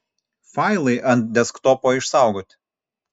failai ant desktopo išsaugoti